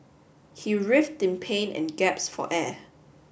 he writhed in pain and gasped for air